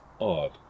odd